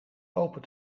open